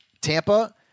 Tampa